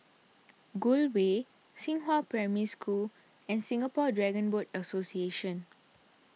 Gul Way Xinghua Primary School and Singapore Dragon Boat Association